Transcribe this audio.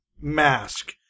mask